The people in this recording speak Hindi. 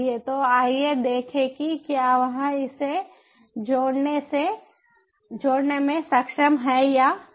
तो आइए देखें कि क्या वह इसे जोड़ने में सक्षम है या नहीं